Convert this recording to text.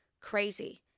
crazy